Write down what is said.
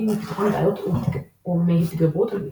מפתרון בעיות ומהתגברות על מגבלות.